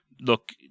look